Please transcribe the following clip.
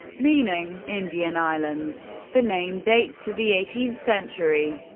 meaning indian islands. the name dates to the eighteenth century,